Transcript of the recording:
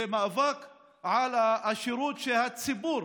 זה מאבק על השירות שהציבור